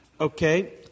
Okay